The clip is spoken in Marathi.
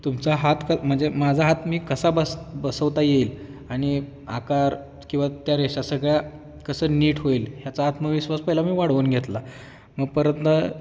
तुमचा हात क म्हणजे माझा हात मी कसा बस बसवता येईल आणि आकार किंवा त्या रेषा सगळ्या कसं नीट होईल ह्याचा आत्मविश्वास पहिला मी वाढवून घेतला मग परत